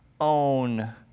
own